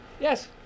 Yes